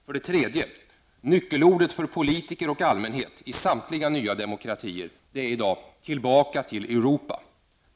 För det tredje: Nyckelordet för politiker och allmänhet i samtliga nya demokratier är i dag ''tillbaka till Europa''.